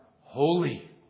holy